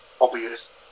obvious